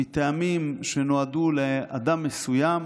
מטעמים שנועדו לאדם מסוים,